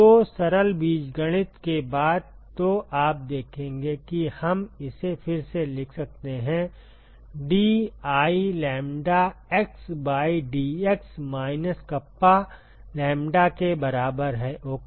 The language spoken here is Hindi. तो सरल बीजगणित के बाद तो आप देखेंगे कि हम इसे फिर से लिख सकते हैं dI lambda x by dx minus kappa lambda के बराबर है ओके